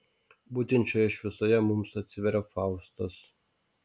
būtent šioje šviesoje mums atsiveria faustas